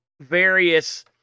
various